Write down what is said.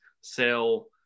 sell